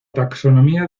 taxonomía